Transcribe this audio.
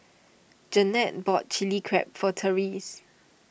Jeanette bought Chili Crab for Terese